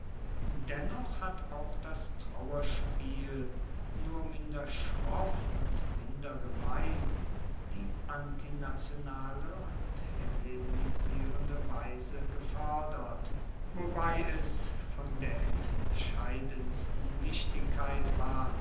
dennoch hat auch das trauerspiel nur minder schroff und minder gemein die antinationale und hellenisierende weise gefoerdert wobei es von der entscheidendsten wichtigkeit war